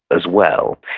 as well,